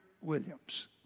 Williams